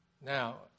Now